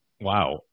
Wow